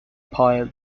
pile